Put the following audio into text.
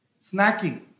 snacking